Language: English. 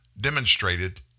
demonstrated